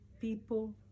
people